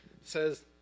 says